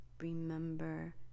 remember